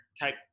type